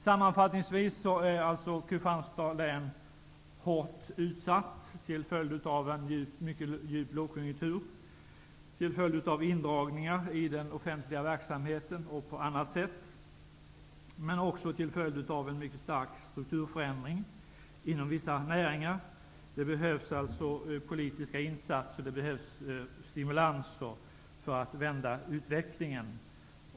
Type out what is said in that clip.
Sammanfattningsvis är Kristianstads län hårt utsatt till följd av en mycket djup lågkonjunktur, av indragningar i den offentliga verksamheten och av en mycket stark strukturförändring inom vissa näringar. Det behövs alltså politiska insatser och stimulanser för att vända utvecklingen.